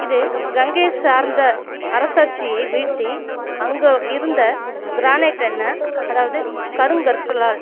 இது கங்கையை சார்ந்த அரசாட்சியை வீழ்த்தி அங்கே இருந்த கிரானைட் என்ன அதாவது கருங்கற்களால்